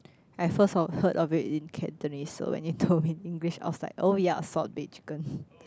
I first of heard of it in Cantonese so and he told me in English I was like oh ya salt baked chicken